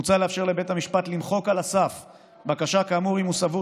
מוצע לאפשר לבית המשפט למחוק על הסף בקשה כאמור אם הוא סבור